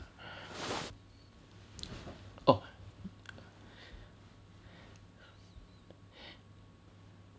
oh